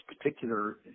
particular